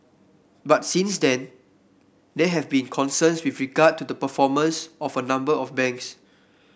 but since then there have been concerns with regard to the performance of a number of banks